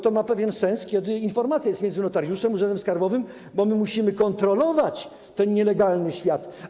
To ma pewien sens, kiedy informacja jest między notariuszem a urzędem skarbowym, bo musimy kontrolować ten nielegalny świat.